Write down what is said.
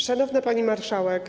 Szanowna Pani Marszałek!